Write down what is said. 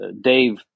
Dave